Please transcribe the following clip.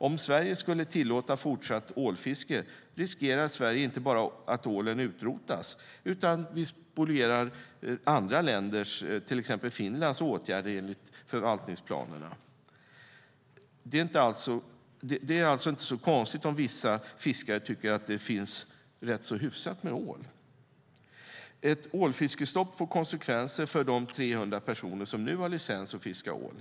Om Sverige skulle tillåta fortsatt ålfiske riskerar vi inte bara att ålen utrotas, utan vi spolierar även andra länders, till exempel Finlands, åtgärder enligt förvaltningsplanerna. Det är alltså inte så konstigt om vissa fiskare tycker att det finns rätt så hyfsat med ål. Ett ålfiskestopp får konsekvenser för de 300 personer som nu har licens att fiska ål.